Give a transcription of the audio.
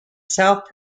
south